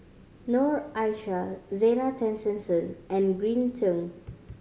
Noor Aishah Zena Tessensohn and Green Zeng